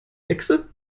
hexe